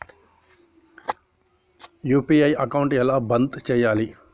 UPI account ఎలా బంద్ చేయాలి?